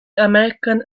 american